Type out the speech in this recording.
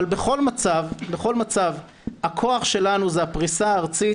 אבל בכל מצב הכוח שלנו זה הפריסה הארצית,